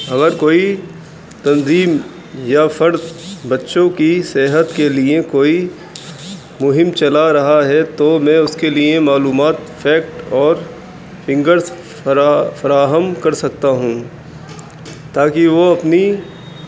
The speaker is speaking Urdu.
اگر کوئی تنظیم یا فرد بچوں کی صحت کے لیے کوئی مہم چلا رہا ہے تو میں اس کے لیے معلومات فیکٹ اور فنگرس فر فراہم کر سکتا ہوں تاکہ وہ اپنی